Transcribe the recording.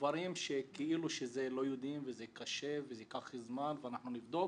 בדברים שכאילו לא יודעים וזה קשה וזה ייקח זמן ואנחנו נבדוק.